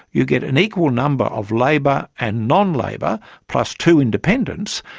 you get an equal number of labor and non-labor, plus two independents,